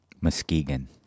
Muskegon